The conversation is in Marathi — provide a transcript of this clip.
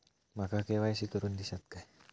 माका के.वाय.सी करून दिश्यात काय?